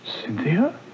Cynthia